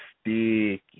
sticky